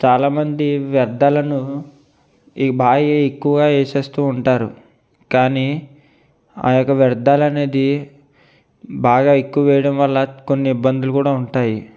చాలామంది వ్యర్ధాలను ఈ బాగా ఎక్కువ వేసేస్తూ ఉంటారు కానీ ఆ యొక్క వ్యర్థాలు అనేది బాగా ఎక్కువ వేయడం వలన కొన్ని ఇబ్బందులు కూడా ఉంటాయి